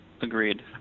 Agreed